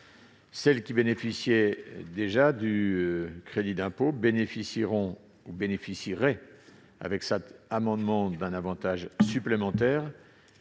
Celles qui bénéficiaient déjà du crédit d'impôt bénéficieraient, avec cet amendement, d'un avantage supplémentaire,